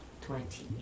Twenty